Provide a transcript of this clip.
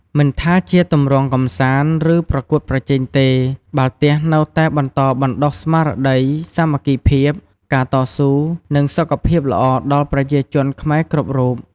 មិនថាជាទម្រង់កម្សាន្ត ឬប្រកួតប្រជែងទេ បាល់ទះនៅតែបន្តបណ្ដុះស្មារតីសាមគ្គីភាព ការតស៊ូ និងសុខភាពល្អដល់ប្រជាជនខ្មែរគ្រប់រូប។